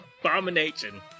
abomination